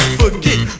forget